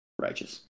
Righteous